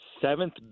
seventh